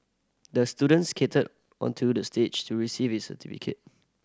the student skated onto the stage to receive his certificate